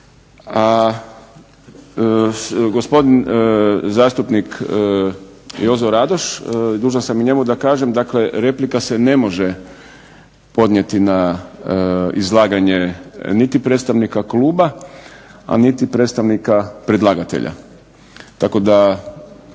A gospodin zastupnik Jozo Radoš dužan sam i njemu da kažem. Dakle, replika se ne može podnijeti na izlaganje niti predstavnika kluba, a niti predstavnika predlagatelja. Tako da